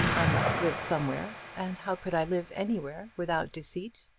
i must live somewhere and how could i live anywhere without deceit?